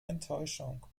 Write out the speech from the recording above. enttäuschung